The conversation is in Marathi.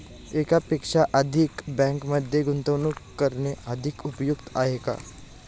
एकापेक्षा अधिक बँकांमध्ये गुंतवणूक करणे अधिक उपयुक्त आहे का?